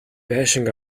байшинг